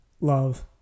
love